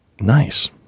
Nice